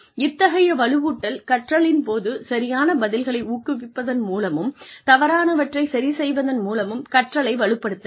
இத்தகைய வலுவூட்டல் கற்றலின் போது சரியான பதில்களை ஊக்குவிப்பதன் மூலமும் தவறானவற்றை சரிசெய்வதன் மூலமும் கற்றலை வலுப்படுத்துங்கள்